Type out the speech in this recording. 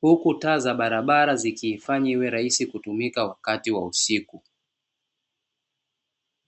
Huku taa za barabara zikifanya iwe rahisi kutumika wakati wa usiku.